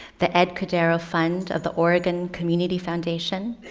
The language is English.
the ed cauduro fund of the oregon community foundation,